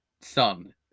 son